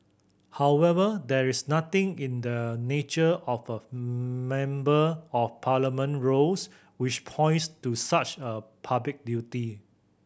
however there is nothing in the nature of a Member of parliament roles which points to such a public duty